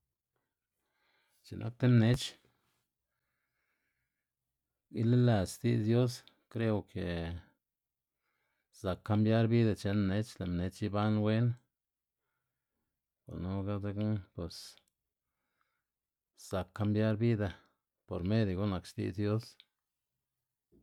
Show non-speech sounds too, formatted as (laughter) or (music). X̱i'k nak ti mnech (noise) ilelëdz xti'dz dios kreo ke zak kambiar bida chen mnech, lë' mnech iban wen gunuga dzekna bos zak kambiar bida por medio gu'n nak xti'dz dios.